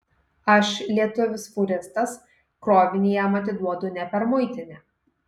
aš lietuvis fūristas krovinį jam atiduodu ne per muitinę